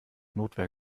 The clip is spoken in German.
notwehr